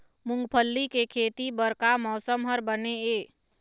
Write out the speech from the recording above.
मूंगफली के खेती बर का मौसम हर बने ये?